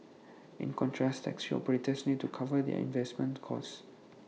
in contrast taxi operators need to cover their investment costs